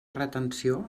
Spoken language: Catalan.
retenció